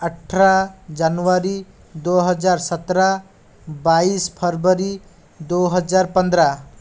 अट्ठारह जनवरी दो हज़ार सत्रह बाईस फरबरी दो हज़ार पंद्रह